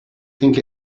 think